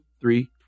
three